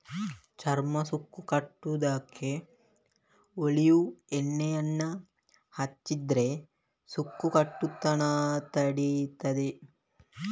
ಚರ್ಮ ಸುಕ್ಕು ಕಟ್ಟುದಕ್ಕೆ ಒಲೀವ್ ಎಣ್ಣೆಯನ್ನ ಹಚ್ಚಿದ್ರೆ ಸುಕ್ಕು ಕಟ್ಟುದನ್ನ ತಡೀತದೆ